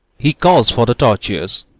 he calls for the tortures.